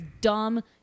dumb